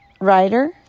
writer